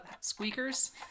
Squeakers